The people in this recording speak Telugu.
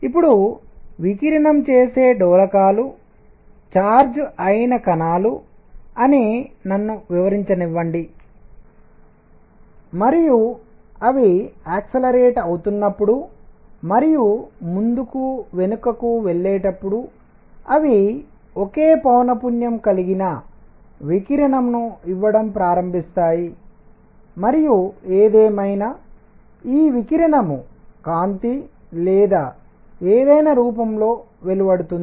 ఇప్పుడు వికిరణం చేసే డోలకాలు ఛార్జ్ అయిన కణాలు అని నన్ను వివిరించనివ్వండి మరియు అవి యక్సలరేట్ వేగవంతం అవుతున్నప్పుడు మరియు ముందుకు వెనుకకు వెళ్ళేటప్పుడు అవి ఒకే పౌనఃపున్యం కలిగిన వికిరణంను ఇవ్వడం ప్రారంభిస్తాయి మరియు ఏదేమైనా ఈ వికిరణం కాంతి లేదా ఏదైనా రూపంలో వెలువడుతుంది